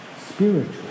spiritual